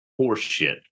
horseshit